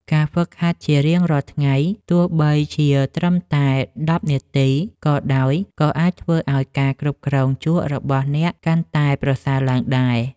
ការហ្វឹកហាត់ជារៀងរាល់ថ្ងៃទោះបីជាត្រឹមតែដប់នាទីក៏ដោយក៏អាចធ្វើឱ្យការគ្រប់គ្រងជក់របស់អ្នកកាន់តែប្រសើរឡើងដែរ។